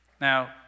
Now